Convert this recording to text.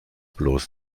bloß